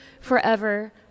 forever